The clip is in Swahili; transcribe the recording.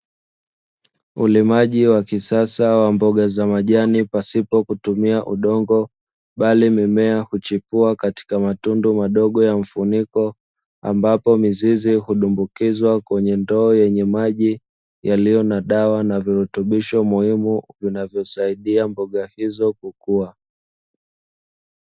Ulimaji wa kisasa wa mboga za majani pasipo kutumia udongo bali mimea huchipua katika matundu madogo ya mfuniko hundumbukizwa kwenye ndoo yenye maji yaliyo na dawa na virutubisho muhimu vinavyosaidia mboga hizo kukua.